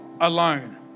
alone